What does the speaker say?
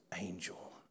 angel